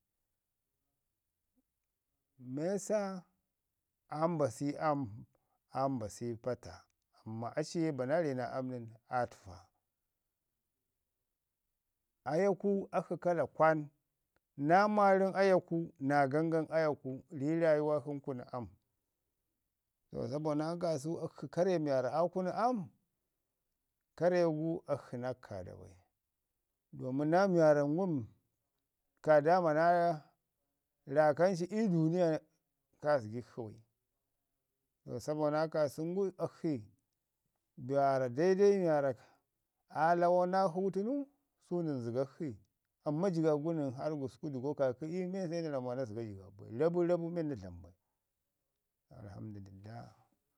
Meesa, aa mbasi am, aa mbasi pata amman aci ye bana ri naa am rən aa təfa, ayaku akshi kala kwan, naa maarəm ayaku, naa gangam ayaku, ri raayuwak shi kunu am. To sabo naa kaasau akshi kare waarra aa kunu am, kare gu dakshi nakkaada bai, domin naa mi waarra ngum kaa dama naa rakan ci ii duuniyo kaa zəgikshi bai. To sabo naa kaasən ngum akshi, be waarra daidai mi waarra aa lawan nakshu tənu, su nən zəgak shi, amman jigaɓ gu nən harr gusku dəgo kaakə iyu men se na ramu maa na zəga jigaə bai, rabi rabi men na dlamu bai. Alhamdulillah.